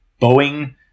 Boeing